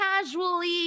casually